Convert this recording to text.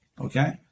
okay